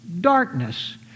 darkness